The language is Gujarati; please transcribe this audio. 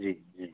જીજી